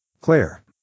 Claire